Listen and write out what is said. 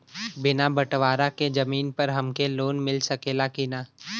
बिना बटवारा के जमीन पर हमके लोन मिल सकेला की ना?